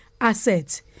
assets